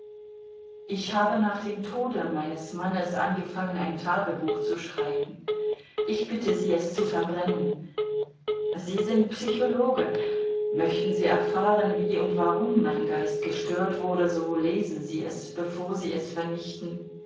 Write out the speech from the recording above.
ich habe nach dem tode meines mannes angefangen ein tagebuch zu schreiben ich bitte sie es zu verbrennen sie sind psychologe möchten sie erfahren wie und warum mein geist gestört wurde so lesen sie es bevor sie es vernichten